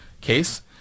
case